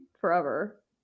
forever